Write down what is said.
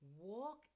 walk